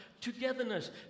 togetherness